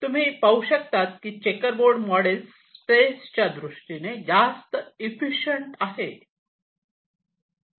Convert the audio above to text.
तुम्ही पाहू शकतात की चेकर बोर्ड मॉडेल स्पेस च्या दृष्टीने जास्त इफिशियंट आहे